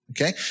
Okay